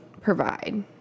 provide